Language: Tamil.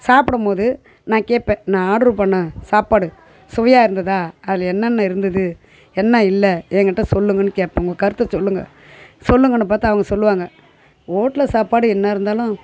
சாப்டும் போது நான் கேட்பேன் நான் ஆட்ரு பண்ண சாப்பாடு சுவையாக இருந்ததா அதில் என்னென்ன இருந்தது என்ன இல்லை எங்கிட்டே சொல்லுங்கன்னு கேப்பேங்க உங்கள் கருத்து சொல்லுங்க சொல்லுங்கன்னு பார்த்தா அவங்க சொல்வாங்க ஓட்லு சாப்பாடு என்ன இருந்தாலும்